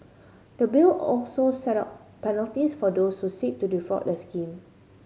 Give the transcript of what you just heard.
the Bill also set out penalties for those who seek to defraud the scheme